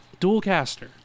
Dualcaster